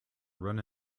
run